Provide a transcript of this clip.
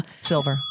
Silver